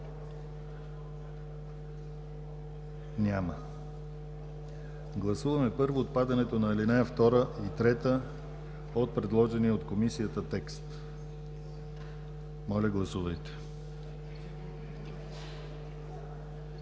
Няма. Гласуваме първо отпадането на ал. 2 и 3 от предложения от Комисията текст. Гласували